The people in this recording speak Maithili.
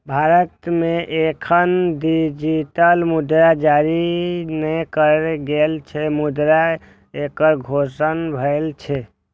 भारत मे एखन डिजिटल मुद्रा जारी नै कैल गेल छै, मुदा एकर घोषणा भेल छै